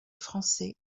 français